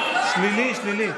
שלילי, שלילי.